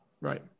Right